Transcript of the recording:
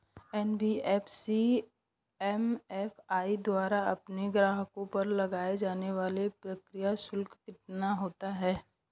NBFC MFI द्वारा अपने ग्राहकों पर लगाए जाने वाला प्रक्रिया शुल्क कितना होता है?